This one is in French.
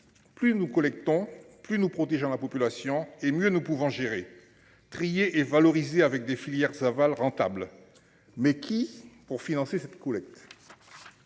Plus nous collectons plus nous protégeant la population et mieux nous pouvons gérer. Trier et valoriser avec des filières Savall rentable mais qui pour financer cette coulée.